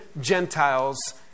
Gentiles